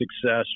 success